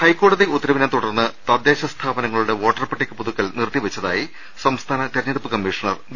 ഹൈക്കോടതി ഉത്തരവിനെ തുടർന്ന് തദ്ദേശ സ്ഥാപനങ്ങളുടെ വോട്ടർ പട്ടിക പുതുക്കൽ നിർത്തിവെച്ചതായി സംസ്ഥാന തെരഞ്ഞെ ടുപ്പ് കമ്മീഷണർ വി